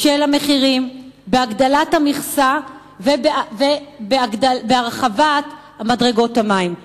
של המחירים, בהגדלת המכסה ובהרחבת מדרגות המים.